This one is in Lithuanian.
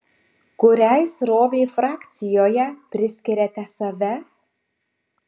kuriai srovei frakcijoje priskiriate save